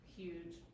huge